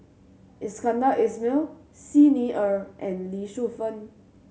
Iskandar Ismail Xi Ni Er and Lee Shu Fen